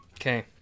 Okay